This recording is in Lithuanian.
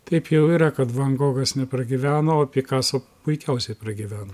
taip jau yra kad van gogas nepragyveno o pikaso puikiausiai pragyveno